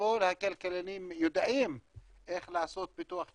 כל הכלכלנים יודעים איך לעשות פיתוח כלכלי,